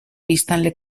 biztanle